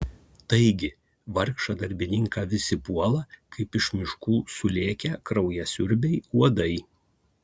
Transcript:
taigi vargšą darbininką visi puola kaip iš miškų sulėkę kraujasiurbiai uodai